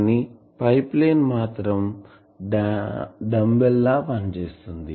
కానీ ప్లేన్ మాత్రం డంబెల్ లా పనిచేస్తుంది